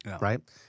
right